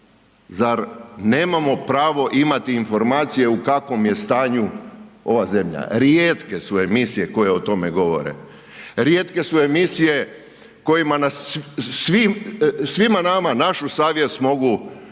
Zar nemamo pravo imati informacije u kakvom je stanju ova zemlja? Rijetke su emisije koje o tome govore. Rijetke su emisije kojima svima nama, našu savjest mogu prozvati